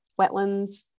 wetlands